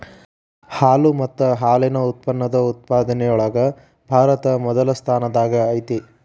ಹಾಲು ಮತ್ತ ಹಾಲಿನ ಉತ್ಪನ್ನದ ಉತ್ಪಾದನೆ ಒಳಗ ಭಾರತಾ ಮೊದಲ ಸ್ಥಾನದಾಗ ಐತಿ